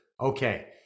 okay